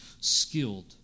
skilled